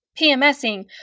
PMSing